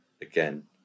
again